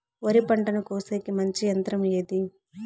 వరి పంటను కోసేకి మంచి యంత్రం ఏది?